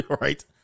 Right